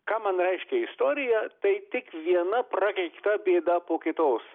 ką man reiškia istorija tai tik viena prakeikta bėda po kitos